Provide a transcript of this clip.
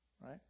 Right